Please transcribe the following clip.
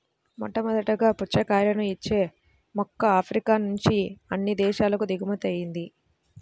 మొట్టమొదటగా పుచ్చకాయలను ఇచ్చే మొక్క ఆఫ్రికా నుంచి అన్ని దేశాలకు దిగుమతి అయ్యింది